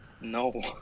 No